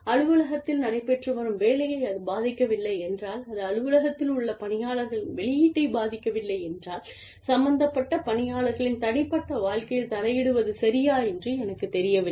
அலுவலகத்தில் நடைபெற்று வரும் வேலையை அது பாதிக்கவில்லை என்றால் அது அலுவலகத்தில் உள்ள பணியாளர்களின் வெளியீட்டைப் பாதிக்கவில்லை என்றால் சம்பந்தப்பட்ட பணியாளர்களின் தனிப்பட்ட வாழ்க்கையில் தலையிடுவது சரியா என்று எனக்குத் தெரியவில்லை